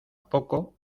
poco